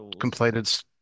completed